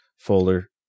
folder